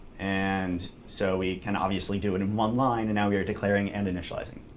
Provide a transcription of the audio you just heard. and so we can obviously do it in one line, and now we are declaring and initializing.